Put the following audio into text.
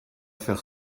faire